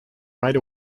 right